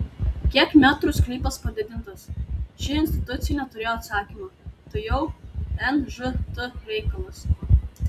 kiek metrų sklypas padidintas ši institucija neturėjo atsakymo tai jau nžt reikalas